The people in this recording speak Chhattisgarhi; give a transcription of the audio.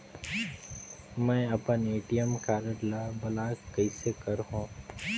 मै अपन ए.टी.एम कारड ल ब्लाक कइसे करहूं?